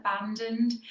abandoned